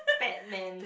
Batman